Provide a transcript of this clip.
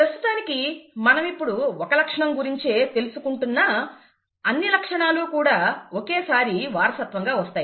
ప్రస్తుతానికి మనమిప్పుడు ఒక లక్షణం గురించే తెలుసుకుంటున్నా అన్ని లక్షణాలు కూడా ఒకేసారి వారసత్వంగా వస్తాయి